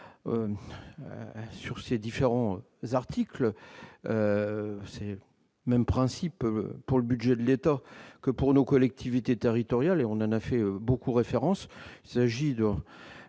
sur ces différents articles même principe pour le budget de l'État que pour nos collectivités territoriales, et on a fait beaucoup référence c'est